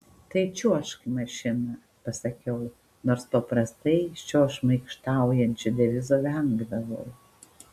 tai čiuožk į mašiną pasakiau nors paprastai šio šmaikštaujančio devizo vengdavau